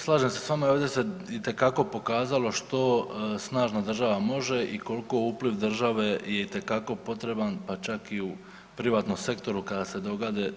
Slažem se s vama, ovdje se itekako pokazalo što snažno država može i koliko je upliv države je itekako potreban pa čak i u privatnom sektoru kada se